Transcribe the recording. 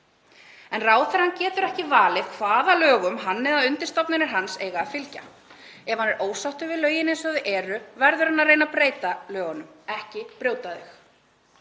En ráðherrann getur ekki valið hvaða lögum hann eða undirstofnanir hans eiga að fylgja. Ef hann er ósáttur við lögin eins og þau eru verður hann að reyna að breyta lögunum, ekki brjóta þau.